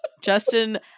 justin